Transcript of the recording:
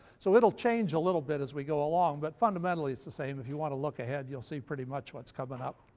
so it'll change a little bit as we go along, but fundamentally it's the same. if you want to look ahead you'll see pretty much what's coming up.